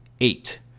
eight